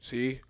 See